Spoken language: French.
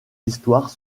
histoires